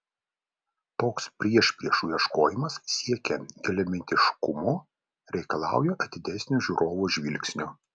toks priešpriešų ieškojimas siekiant giliamintiškumo reikalauja atidesnio žiūrovo žvilgsnio